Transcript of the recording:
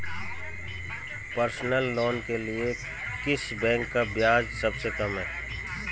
Personal loan के लिए किस बैंक का ब्याज सबसे कम है?